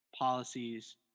policies